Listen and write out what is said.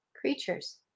creatures